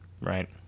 right